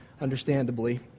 understandably